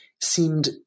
seemed